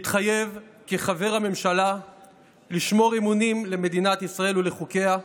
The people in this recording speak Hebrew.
מתחייב כחבר הממשלה לשמור אמונים למדינת ישראל ולחוקיה,